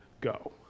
go